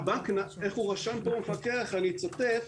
ואני מצטט,